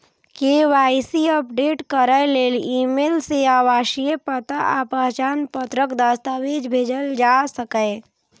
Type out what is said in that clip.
KYC update करै लेल email सं आवासीय पता आ पहचान पत्रक दस्तावेज भेजल जा सकैए